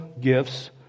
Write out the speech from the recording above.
gifts